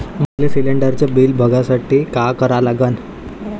मले शिलिंडरचं बिल बघसाठी का करा लागन?